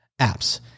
apps